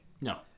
No